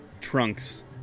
Trunks